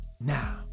now